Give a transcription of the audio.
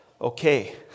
Okay